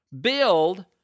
build